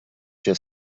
się